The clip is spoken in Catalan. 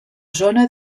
zona